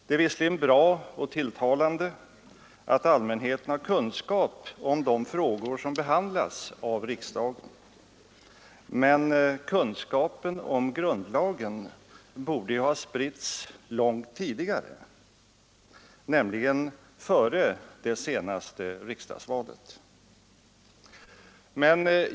Det är visserligen bra och tilltalande att allmänheten har kunskap om de frågor som behandlas av riksdagen, men kunskapen om grundlagen borde ju ha spritts långt tidigare, nämligen före det senaste riksdagsvalet.